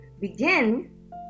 begin